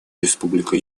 республику